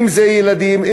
אם ילדים,